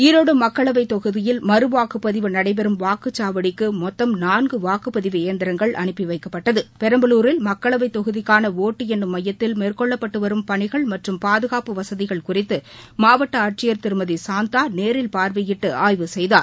ஈரோடு மக்களவைத் தொகுதியில் மறு வாக்குப்பதிவு நடைபெறும் வாக்குச்சாவடிக்கு மொத்தம் நான்கு வாக்குப்பதிவு இயந்திரங்கள் அனுப்பிவைக்கபட்டது பெரம்பலூரில் மக்களவைத் தொகுதிக்கான ஓட்டு எண்ணும் மையத்தில் மேற்கொள்ளப்பட்டு வரும் பணிகள் மற்றும் பாதுகாப்பு வசதிகள் குறித்து மாவட்ட ஆட்சியர் திருமதி சாந்தா நேரில் பார்வையிட்டு ஆய்வு செய்தார்